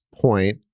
point